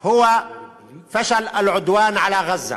היא כישלון התוקפנות על עזה.